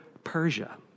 Persia